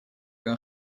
een